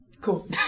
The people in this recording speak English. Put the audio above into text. Cool